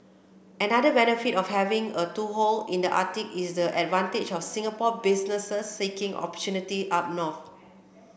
another benefit of having a toehold in the Arctic is the advantage for Singapore businesses seeking opportunity up north